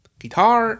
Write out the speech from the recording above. guitar